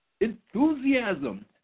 enthusiasm